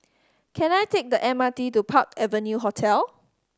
can I take the M R T to Park Avenue Hotel